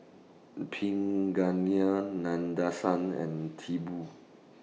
Pingali Nadesan and Tipu